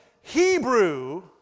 Hebrew